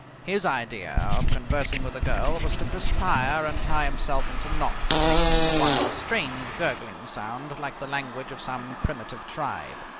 his idea of conversing with a girl was to perspire and tie himself into knots, making the while a strange gurgling sound like the language of some primitive tribe.